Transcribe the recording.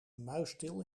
muisstil